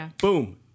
Boom